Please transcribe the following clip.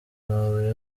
amabuye